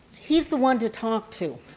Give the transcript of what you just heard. he's the one to talk to.